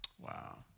Wow